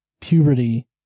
puberty